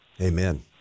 Amen